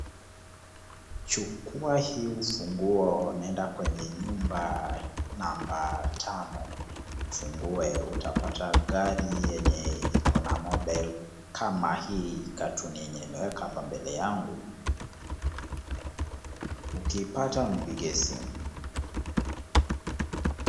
Chukua hii ufunguo, nenda kwenye nyumba namba tano ufungue utapata gari yenye iko na model kama hii cartoon yenye nimeweka hapa mbele yangu. Ukiipata unipigie simu.